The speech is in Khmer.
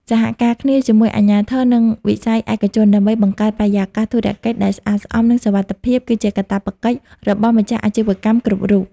សហការគ្នាជាមួយអាជ្ញាធរ និងវិស័យឯកជន ដើម្បីបង្កើតបរិយាកាសធុរកិច្ចដែល "ស្អាតស្អំ និងសុវត្ថិភាព" គឺជាកាតព្វកិច្ចរបស់ម្ចាស់អាជីវកម្មគ្រប់រូប។